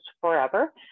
forever